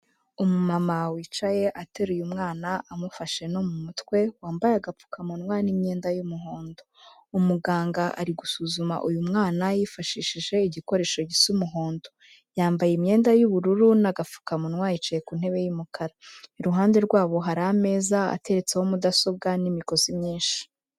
Umu mama wicaye ateruye umwana amufashe no mu mutwe wambaye agapfukamunwa n'imyenda y'umuhondo, umuganga ari gusuzuma uyu mwana yifashishije igikoresho gisa umuhondo, yambaye imyenda y'ubururu n'agapfukamunwa yicaye ku ntebe y'umukara, iruhande rwabo hari ameza ateretseho mudasobwa n'imigozi myinshi,